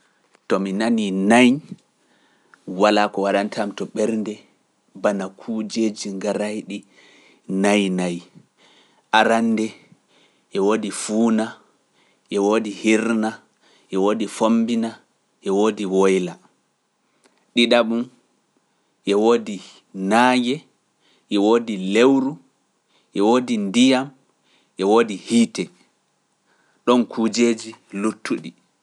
To mi nanii nayi, walaa ko waɗante am to ɓernde bana kujeeji garayɗi nayi nayi. Arannde e woodi fuuna, e woodi hirna, e woodi fombina, e woodi woyla. ɗiɗaɓum e woodi naaye, e woodi lewru, e woodi ndiyam, e woodi hiite. ɗon kujeeji luttuɗi.